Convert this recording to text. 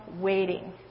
waiting